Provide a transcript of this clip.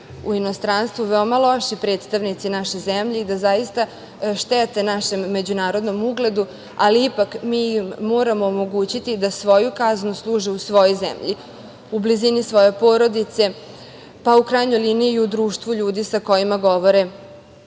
u inostranstvu veoma loši predstavnici naše zemlje i da zaista štete našem međunarodnom ugledu, ali ipak mi im moramo omogućiti da svoju kaznu služe u svojoj zemlji, u blizini svoje porodice, pa u krajnjoj liniji i u društvu ljudi sa kojima govore